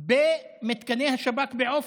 במתקני השב"כ בעופר.